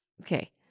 okay